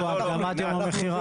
יש פה הקדמת אירוע מכירה.